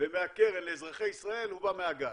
ומהקרן לאזרחי ישראל בא מהגז.